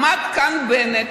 עמד בנט